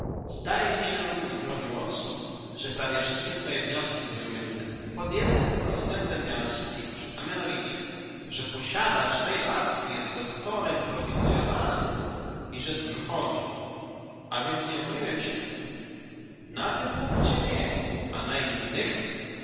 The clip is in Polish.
zdaje mi się mój drogi watson że prawie wszystkie twoje wnioski były mylne pod jednym tylko względem miałeś słuszność a mianowicie że posiadacz tej laski jest doktorem prowincyonalnym i że dużo chodzi a więc nie omyliłem się na tym punkcie nie a na innych